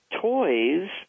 toys